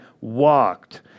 walked